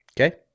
Okay